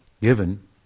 given